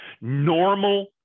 normal